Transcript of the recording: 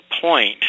point